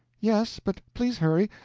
yes but please hurry.